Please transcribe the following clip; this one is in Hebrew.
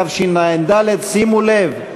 התשע"ד 2014. שימו לב,